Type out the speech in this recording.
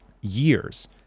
years